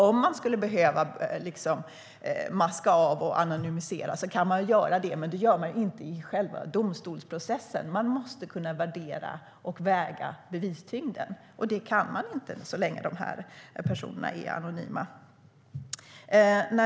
Om man skulle behöva maska i dokument och anonymisera kan man göra det, men det kan man inte göra i domstolsprocessen. Man måste kunna värdera och väga tyngden i bevisen, och det kan man inte så länge dessa personer är anonyma.